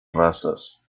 razas